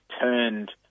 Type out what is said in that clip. turned